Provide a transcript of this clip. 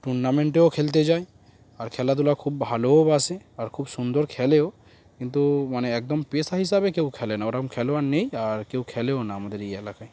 টুর্নামেন্টেও খেলতে যায় আর খেলাধুলা খুব ভালোও বাসে আর খুব সুন্দর খেলেও কিন্তু মানে একদম পেশা হিসাবে কেউ খেলে না ওরকম খেলোয়াড় নেই আর কেউ খেলেও না আমাদের এই এলাকায়